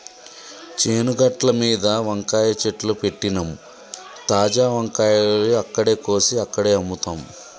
చేను గట్లమీద వంకాయ చెట్లు పెట్టినమ్, తాజా వంకాయలు అక్కడే కోసి అక్కడే అమ్ముతాం